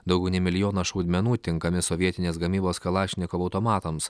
daugiau nei milijonas šaudmenų tinkami sovietinės gamybos kalašnikovo automatams